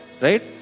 right